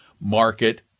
market